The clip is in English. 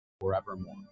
forevermore